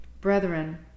Brethren